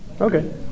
okay